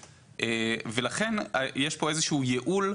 שלא הוסר ממנה ולכן יש עליה איסור.